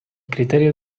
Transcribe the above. criterio